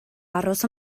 aros